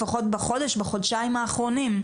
לפחות בחודש-חודשיים האחרונים.